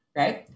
right